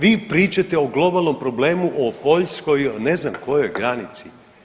Vi pričate o globalnom problemu o Poljskoj o ne znam kojoj granici.